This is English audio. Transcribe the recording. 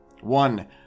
One